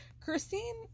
Christine